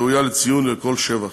ראויה לציון ולכל שבח.